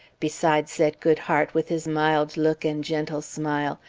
besides, said goodhart, with his mild look and gentle smile,